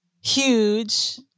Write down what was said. Huge